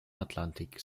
atlantik